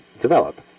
develop